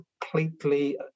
completely